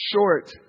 short